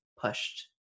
pushed